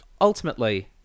Ultimately